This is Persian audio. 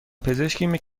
پزشکی